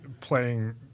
playing